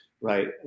Right